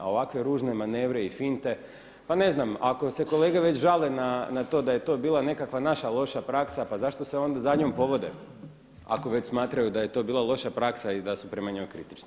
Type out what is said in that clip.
A ovakve ružne manevre i finte pa ne znam ako se kolege već žale na to da je to bila nekakva naša loša praksa pa zašto se onda za njom povode, ako već smatraju da je to bila loša praksa i da su prema njoj kritični.